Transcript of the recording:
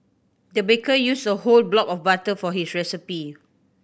the baker used a whole block of butter for this recipe